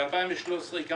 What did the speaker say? אדוני יושב-ראש הוועדה,